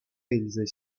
илсе